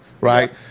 right